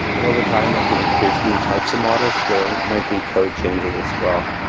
and overtime as we introduce new types of models, there might be code changes as well.